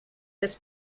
his